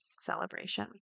celebration